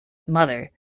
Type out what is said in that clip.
mother